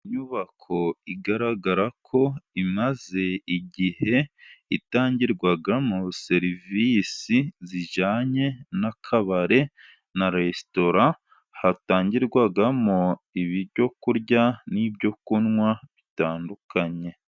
Inyubako igaragarako imaze igihe itangirwamo serivisi zijyanye n'akabare na resitora, hatangirwamo ibyo kurya n'ibyo kunywa bitandukanye.